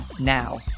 now